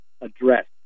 address